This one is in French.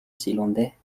zélandais